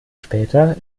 später